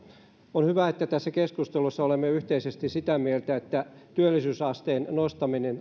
on hyvä että tässä keskustelussa olemme yhteisesti sitä mieltä että työllisyysasteen nostaminen